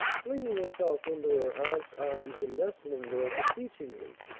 flinging herself into her aunt's arms and nestling there beseechingly.